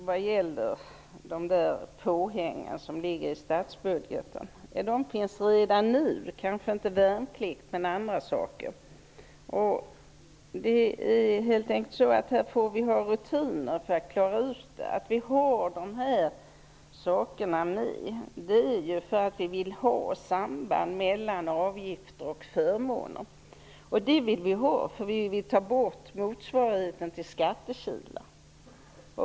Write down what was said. Vad gäller påhängen i statsbudgeten, finns de redan nu, kanske inte när det gäller värnplikten men när det gäller andra saker. Det är helt enkelt så att vi här får ha rutiner för att klara ut att de här sakerna finns med i systemet, därför att vi vill ha ett samband mellan avgifter och förmåner. Vi vill ta bort motsvarigheten till skattekilar.